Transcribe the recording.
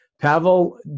Pavel